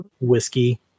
Whiskey